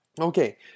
Okay